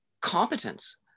competence